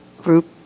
group